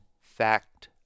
fact